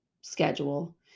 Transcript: schedule